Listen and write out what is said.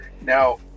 Now